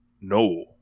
no